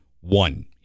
one